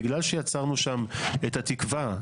בגלל שיצרנו שם את התקווה,